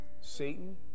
Satan